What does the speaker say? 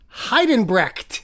Heidenbrecht